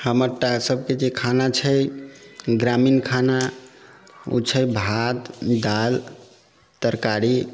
हमरटा सभके जे खाना छै ग्रामीण खाना ओ छै भात दालि तरकारी